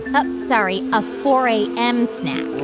ah oh, sorry, a four a m. snack